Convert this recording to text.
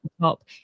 top